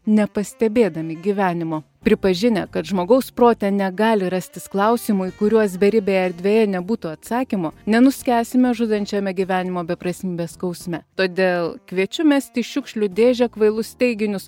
nepastebėdami gyvenimo pripažinę kad žmogaus prote negali rastis klausimų į kuriuos beribėje erdvėje nebūtų atsakymo nenuskęsime žudančiame gyvenimo beprasmybės skausme todėl kviečiu mesti į šiukšlių dėžę kvailus teiginius